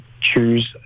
choose